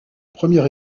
premier